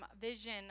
vision